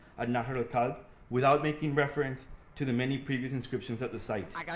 at nahr el-kalb without making reference to the many previous inscriptions at the site.